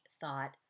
thought